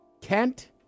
Kent